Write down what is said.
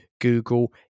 Google